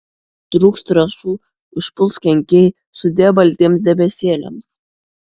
trūks trąšų užpuls kenkėjai sudie baltiems debesėliams